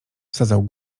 wsadzał